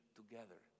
together